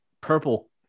purple